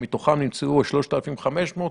שמתוכם נמצאו 3,500 חולים,